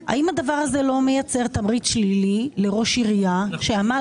השאלה הראשונה היא האם הדבר הזה לא מייצר תמריץ שלילי לראש עירייה שעמל